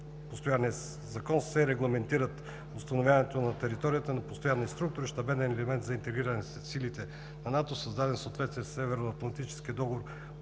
постоянния Закона се регламентира установяването на територията ни постоянна структура – Щабен елемент за интегриране на силите на НАТО, създаден в съответствие със Северноатлантическия договор,